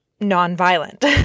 non-violent